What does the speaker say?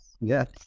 yes